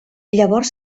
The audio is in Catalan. llavors